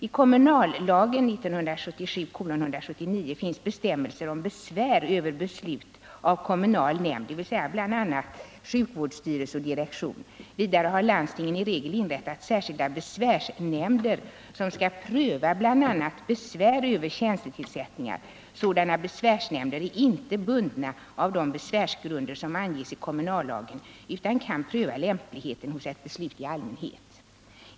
I kommunallagen finns bestämmelser om besvär över beslut av kommunal nämnd, dvs. bl.a. sjukvårdsstyrelse och direktion. Vidare har landstingen i regel inrättat särskilda besvärsnämnder som skall pröva bl.a. besvär över tjänstetillsättningar. Sådana besvärsnämnder är inte bundna av de besvärsgrunder som anges i kommunallagen utan kan pröva lämpligheten hos ett beslut i allmänhet.